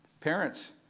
Parents